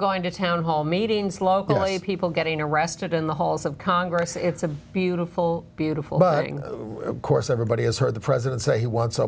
going to town hall meetings locally people getting arrested in the halls of congress it's a beautiful beautiful but of course everybody has heard the president say he wants